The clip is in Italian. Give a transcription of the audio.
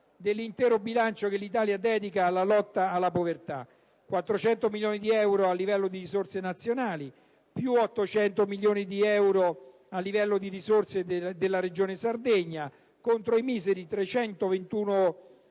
dell'intero bilancio che l'Italia dedica alla lotta alla povertà: 400 milioni di euro a livello di risorse nazionali, più 800 milioni di euro a livello di risorse della Regione Sardegna, contro i miseri 321,8 milioni